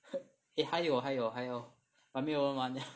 eh 还有还有还有 but 没有人玩 liao